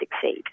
succeed